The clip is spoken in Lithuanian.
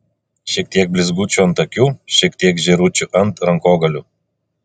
šiek tiek blizgučių ant akių šiek tiek žėručių ant rankogalių